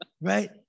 right